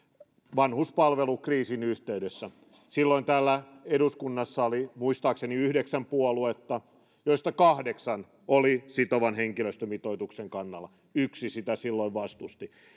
vanhuspalvelukriisin yhteydessä silloin täällä eduskunnassa oli muistaakseni yhdeksän puoluetta joista kahdeksan oli sitovan henkilöstömitoituksen kannalla yksi sitä silloin vastusti